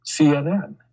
CNN